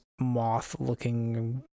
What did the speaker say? moth-looking